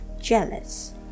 jealous